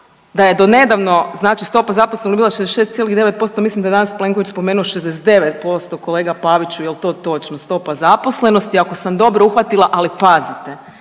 da je do nedavno, znači stopa zaposlenosti bila 66,9%. Mislim da je danas Plenković spomenuo 69% kolega Paviću jel' to točno stopa zaposlenosti ako ga dobro uhvatila. U EU je